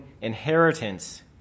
inheritance